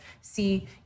see